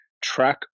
track